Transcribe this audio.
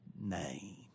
name